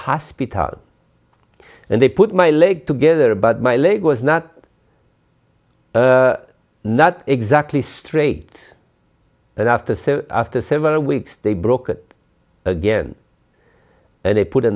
hospital and they put my leg together but my leg was not not exactly straight but after so after several weeks they broke it again and they put a